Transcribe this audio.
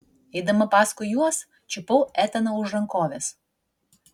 eidama paskui juos čiupau etaną už rankovės